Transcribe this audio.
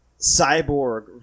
cyborg